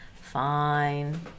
Fine